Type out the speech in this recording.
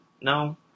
No